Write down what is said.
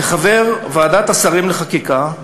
כחבר ועדת השרים לחקיקה,